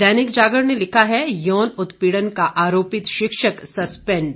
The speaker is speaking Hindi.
दैनिक जागरण ने लिखा है यौन उत्पीड़न का आरोपित शिक्षक सस्पेंड